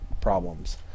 problems